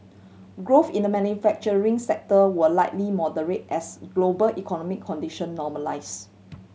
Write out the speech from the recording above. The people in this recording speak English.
growth in the manufacturing sector will likely moderate as global economic condition normalise